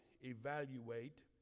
Evaluate